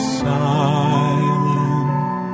silent